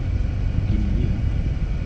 gini jer ah